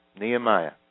Nehemiah